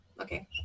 Okay